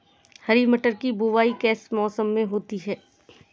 हरी मटर की बुवाई किस मौसम में की जाती है?